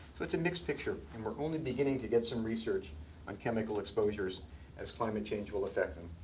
so it's a mixed picture, and we're only beginning to get some research on chemical exposures as climate change will affect them.